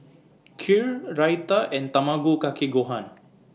Kheer Raita and Tamago Kake Gohan